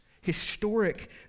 historic